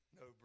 no